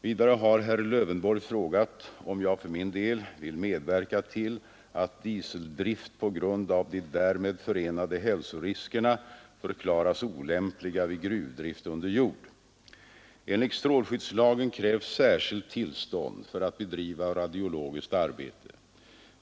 Vidare har herr Lövenborg frågat om jag för min del vill medverka till att dieseldrift på grund av de därmed förenade hälsoriskerna förklaras olämplig vid gruvdrift under jord. Enligt strålskyddslagen krävs kilt tillstånd för att bedriva radiologiskt arbete.